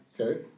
Okay